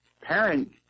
Parent